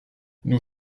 nous